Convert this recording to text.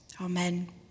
amen